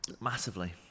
Massively